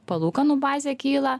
palūkanų bazė kyla